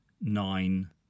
nine